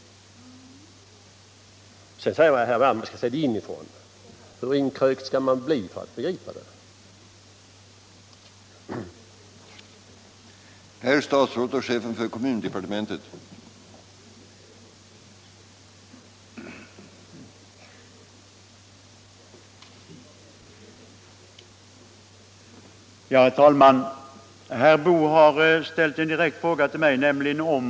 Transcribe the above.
Slutligen sade herr Werner att man skall se på dessa frågor inifrån, men hur inkrökt skall man vara för att fatta dem på samma sätt som herr Werner?